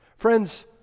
Friends